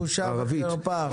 בושה וחרפה.